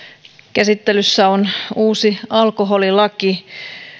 käsittelyssä on uusi alkoholilaki